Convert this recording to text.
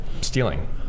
stealing